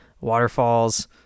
waterfalls